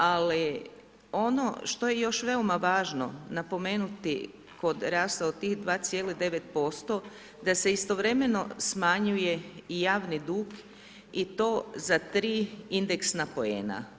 Ali, ono što je još veoma važno, napomenuti kod rasta od tih 2,9% da se istovremeno smanjuje i javni dug i to za 3 indeksna poena.